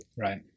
Right